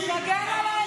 לא נדע את